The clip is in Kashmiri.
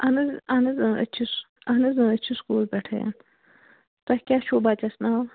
اَہن حظ اَہن حظ أسۍ چھِ اَہن حظ أسۍ چھِ سُکوٗل پٮ۪ٹھ تۄہہِ کیٛاہ چھُو بچَس ناو